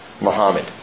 Muhammad